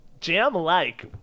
Jam-like